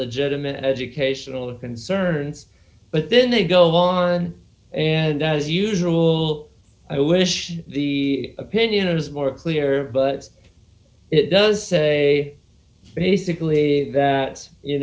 legitimate educational concerns but then they go on and as usual i wish the opinion is more clear but it does say basically that you